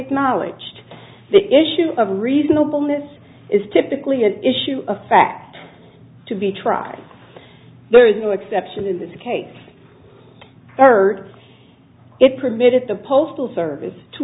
acknowledged the issue of reasonableness is typically an issue of fact to be tried there is no exception in this case heard it permitted the postal service to